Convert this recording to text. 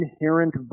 inherent